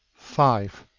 five.